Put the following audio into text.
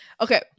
Okay